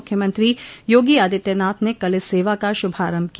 मुख्यमंत्री योगी आदित्यनाथ ने कल इस सेवा का श्रभारम्भ किया